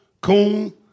Coon